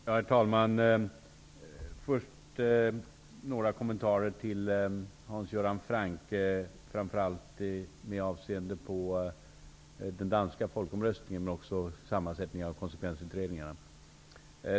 Herr talman! Jag vill först göra några kommentarer till det Hans Göran Franck sade framför allt med avseende på den danska folkomröstningen men också sammansättningen av konsekvensutredningarna.